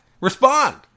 respond